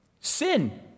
Sin